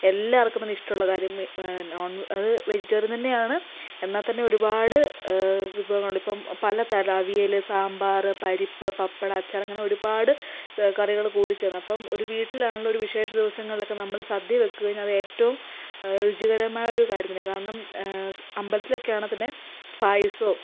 എല്ലാവർക്കും തന്നെ ഇഷ്ടമുള്ള കാര്യം അത് വെജിറ്റേറിയൻ തന്നെയാണ് എന്നാൽതന്നെ ഒരുപാട് വിഭവങ്ങളുണ്ട് ഇപ്പം പലതരം അവിയല് സാമ്പാറ് പരിപ്പ് പപ്പടം അച്ചാറ് അങ്ങനെ ഒരുപാട് കറികള് കൂടി ചേർന്നാൽ അപ്പം ഒരു വീട്ടിലാണെങ്കില് ഒരു വിശേഷദിവസങ്ങളിലൊക്കെ നമ്മള് സദ്യ വയ്ക്കുകയും അത് ഏറ്റവും രുചികരമായ ഒരു കാര്യം തന്നെ കാരണം അമ്പലത്തിലൊക്കെയാണെങ്കിൽതന്നെ പായസവും